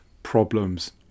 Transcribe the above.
problems